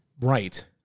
right